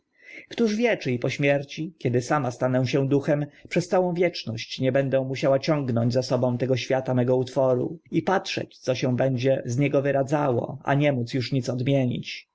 któż wie czy i po śmierci kiedy sama stanę się duchem przez całą wieczność nie będę musiała ciągnąć za sobą tego świata mego utworu i patrzeć na wszystko co się będzie z niego wyradzało a nie móc uż nic odmienić